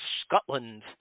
Scotland